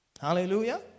Hallelujah